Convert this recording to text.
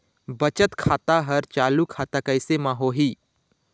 बचत खाता हर चालू खाता कैसे म होही?